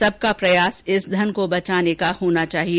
सबका प्रयास इस धन को बचाने का होना चाहिए